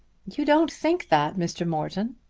you don't think that, mr. morton.